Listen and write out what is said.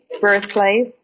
birthplace